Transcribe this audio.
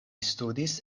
studis